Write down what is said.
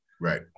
Right